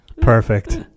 Perfect